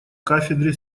кафедре